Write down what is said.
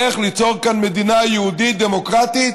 איך ליצור כאן מדינה יהודית דמוקרטית,